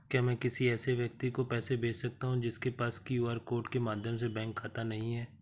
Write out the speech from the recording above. क्या मैं किसी ऐसे व्यक्ति को पैसे भेज सकता हूँ जिसके पास क्यू.आर कोड के माध्यम से बैंक खाता नहीं है?